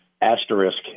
asterisk